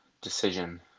decision